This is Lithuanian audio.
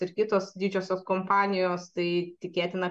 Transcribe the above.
ir kitos didžiosios kompanijos tai tikėtina